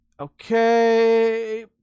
okay